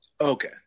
okay